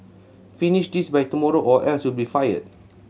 finish this by tomorrow or else you'll be fired